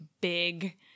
big